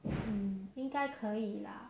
mm 应该可以了啦